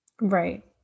Right